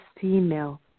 female